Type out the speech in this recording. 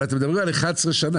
אבל אתם מדברים על 11 שנה.